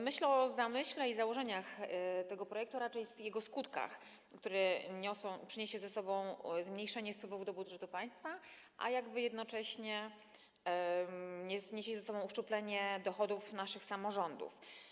Myślę o zamyśle i założeniach tego projektu, a raczej jego skutkach, co przyniesie zmniejszenie wpływów do budżetu państwa, a jednocześnie niesie ze sobą uszczuplenie dochodów naszych samorządów.